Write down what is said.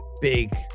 big